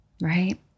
right